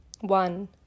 One